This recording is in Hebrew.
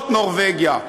להיות נורבגיה.